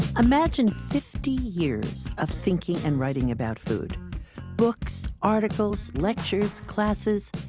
imagine fifty years of thinking and writing about food books, articles, lectures, classes.